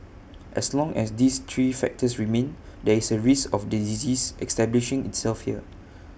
as long as these three factors remain there is A risk of the disease establishing itself here